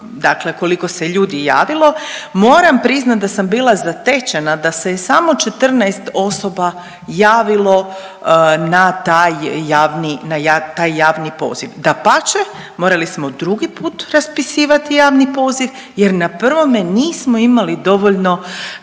dakle koliko se ljudi javilo, moram priznati da sam bila zatečena da se je samo 14 osoba javilo na taj javni, na taj javni poziv. Dapače morali smo drugi put raspisivati javni poziv jer na prvome nismo imali dovoljno